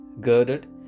girded